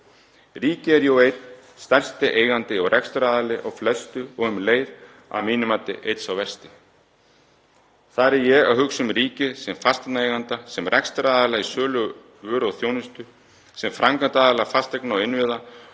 Ríkið er jú einn stærsti eigandi og rekstraraðili á flestu og um leið, að mínu mati, einn sá versti. Þar er ég að hugsa um ríkið sem fasteignaeiganda, sem rekstraraðila í sölu á vöru og þjónustu, sem framkvæmdaraðila fasteigna og innviða